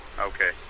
Okay